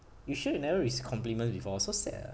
you sure you never received compliments before so sad ah